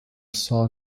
saw